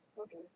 Okay